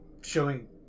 showing